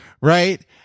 right